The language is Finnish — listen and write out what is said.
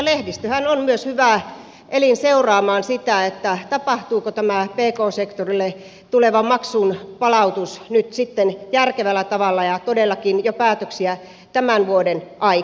lehdistöhän on myös hyvä elin seuraamaan sitä tapahtuuko tämä pk sektorille tuleva maksunpalautus nyt sitten järkevällä tavalla ja todellakin päätöksiä jo tämän vuoden aikana